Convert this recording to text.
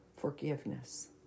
forgiveness